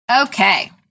Okay